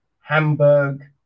Hamburg